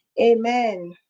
Amen